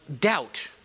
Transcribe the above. doubt